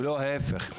ולא ההפך.